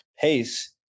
Pace